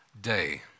day